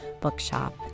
Bookshop